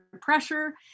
pressure